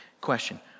Question